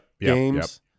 games